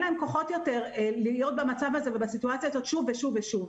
להם כוחות יותר להיות בסיטואציה הזאת שוב ושוב ושוב.